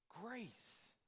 grace